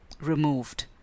removed